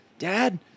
Dad